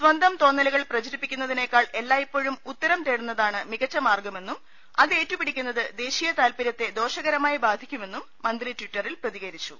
സ്വന്തം തോന്നലുകൾ പ്രചരിപ്പിക്കുന്നതിനേ ക്കാൾ എല്ലായ്പ്പോഴും ഉത്തരം തേടുന്നതാണ് മികച്ച മാർഗ്ഗ മെന്നും അതേറ്റുപിടിക്കുന്നത് ദേശീയതാൽപര്യത്തെ ദോഷകര മായി ബാധിക്കുമെന്നും മന്ത്രി ട്വിറ്ററിൽ പ്രതികരിച്ചു